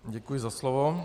Děkuji za slovo.